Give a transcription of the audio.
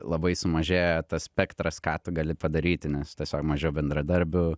labai sumažėja tas spektras ką tu gali padaryti nes tiesiog mažiau bendradarbių